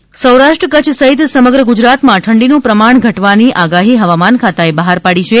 હવા માન સૌરાષ્ટ્ર કચ્છ સહિત સમગ્ર ગુજરાતમાં ઠંડી નું પ્રમાણ ઘટવાની અગાહી હવામાન ખાતાએ બહાર પાડી છે